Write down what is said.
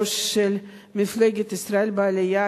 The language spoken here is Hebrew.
כראש מפלגת ישראל בעלייה,